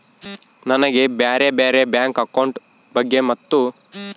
ನನಗೆ ಬ್ಯಾರೆ ಬ್ಯಾರೆ ಬ್ಯಾಂಕ್ ಅಕೌಂಟ್ ಬಗ್ಗೆ ಮತ್ತು?